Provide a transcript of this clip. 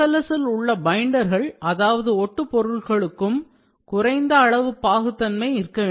SLS இல் உள்ள பைண்டர்கள் அதாவது ஒட்டு பொருள்களுக்கும் குறைந்த அளவு பாகுத்தன்மை இருக்கவேண்டும்